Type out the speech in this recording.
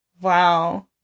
Wow